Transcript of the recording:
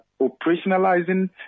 operationalizing